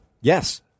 Yes